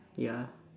ya